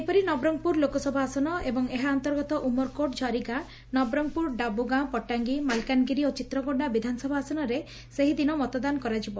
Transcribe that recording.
ସେହିପରି ନବରଙ୍ଗପ୍ରର ଲୋକସଭା ଆସନ ଏବଂ ଏହା ଅନ୍ତର୍ଗତ ଉମରକୋଟ ଝରିଗାଁ ନବରଙ୍ଙପୁର ଡାବୁଗାଁ ପଟାଙ୍ଗୀ ମାଲକାନଗିରି ଓ ଚିତ୍ରକୋଶ୍ଡା ବିଧାନସଭା ଆସନରେ ସେହିଦିନ ମତଦାନ କରାଯିବ